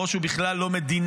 הראש הוא בכלל לא מדינה,